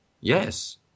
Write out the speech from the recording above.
yes